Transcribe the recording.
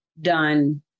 done